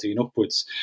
upwards